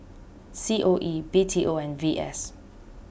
C O E B T O and V S